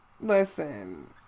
Listen